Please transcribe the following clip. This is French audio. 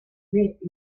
mais